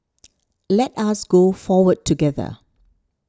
let us go forward together